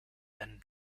einen